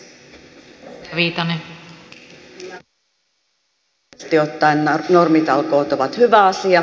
yleisesti ottaen nämä normitalkoot ovat hyvä asia